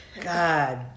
God